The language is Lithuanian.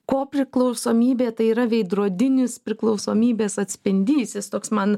kopriklausomybė tai yra veidrodinis priklausomybės atspindys jis oks man